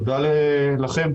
תודה לכם,